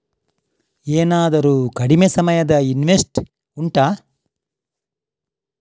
ಏನಾದರೂ ಕಡಿಮೆ ಸಮಯದ ಇನ್ವೆಸ್ಟ್ ಉಂಟಾ